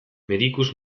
medicus